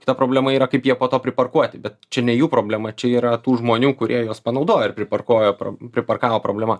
kita problema yra kaip jie po to pritarkuoti bet čia ne jų problema čia yra tų žmonių kurie juos panaudoja priparkuoja pro priparkavo problema